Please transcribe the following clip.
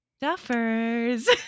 Duffers